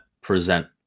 present